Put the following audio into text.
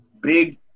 big